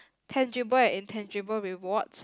tangible and intangible rewards